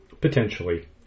potentially